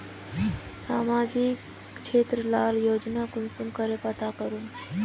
सामाजिक क्षेत्र लार योजना कुंसम करे पता करूम?